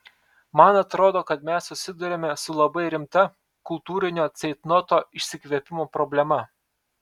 man atrodo kad mes susiduriame su labai rimta kultūrinio ceitnoto išsikvėpimo problema